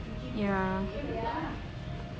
ya